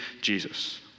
Jesus